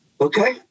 okay